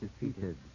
defeated